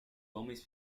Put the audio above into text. homens